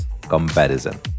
comparison